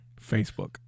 Facebook